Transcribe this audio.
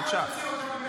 תצאי בבקשה החוצה לעשר דקות.